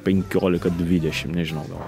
penkiolika dvidešimt nežinau gal